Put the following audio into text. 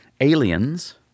aliens